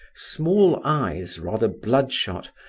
small eyes, rather bloodshot,